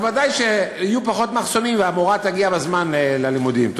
אז ודאי שיהיו פחות מחסומים והמורה תגיע בזמן ללימודים.